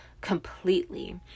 completely